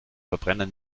verbrenner